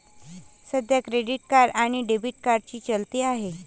सध्या credit card आणि debit कार्डची चलती आहे